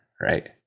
Right